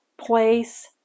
place